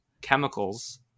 chemicals